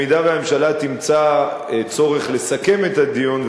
אם הממשלה תמצא צורך לסכם את הדיון,